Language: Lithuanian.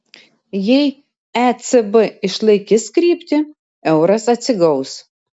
jei ecb išlaikys kryptį euras atsigaus